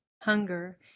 hunger